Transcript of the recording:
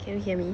can you hear me